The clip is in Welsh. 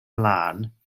lân